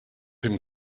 him